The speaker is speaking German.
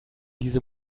diese